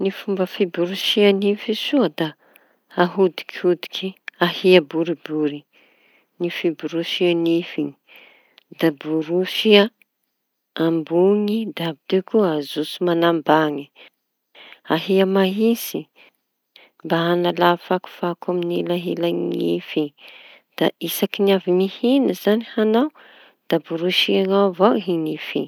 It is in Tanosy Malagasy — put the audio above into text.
Ny fomba fiborosia nify soa da aodikody ahia boribory ny fiborosia nify. Da borosy amboñy da avy teo koa ajotso mañambañy ahia mahitsy mba hañala fako amy elañelañy. Da isaky avy mihiña zañy añao da borosiaña avao i nify.